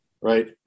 right